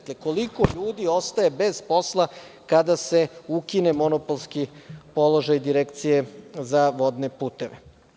Koliko ljudi ostaje bez posla kada se ukine monopolski položaj direkcije za vodne puteve?